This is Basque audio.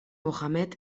mohamed